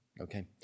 okay